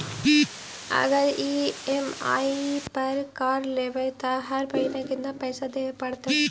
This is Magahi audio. अगर ई.एम.आई पर कार लेबै त हर महिना केतना पैसा देबे पड़तै?